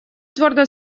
твердо